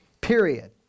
Period